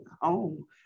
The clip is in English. home